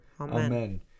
Amen